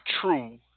true